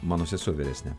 mano sesuo vyresnė